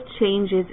changes